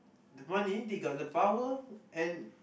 the money they got the power and